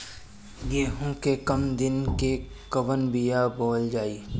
गेहूं के कम दिन के कवन बीआ बोअल जाई?